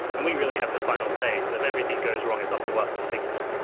and we really have the final say. so if anything goes wrong it's up to us to fix it.